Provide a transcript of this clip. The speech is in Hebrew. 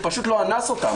הוא פשוט לא אנס אותן.